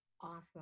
Awesome